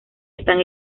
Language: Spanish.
están